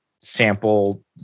sample